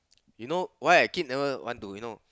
you know why I keep never want to you know